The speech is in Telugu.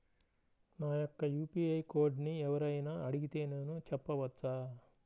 నా యొక్క యూ.పీ.ఐ కోడ్ని ఎవరు అయినా అడిగితే నేను చెప్పవచ్చా?